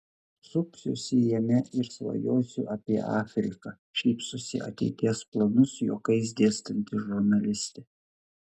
supsiuosi jame ir svajosiu apie afriką šypsosi ateities planus juokais dėstanti žurnalistė